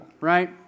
right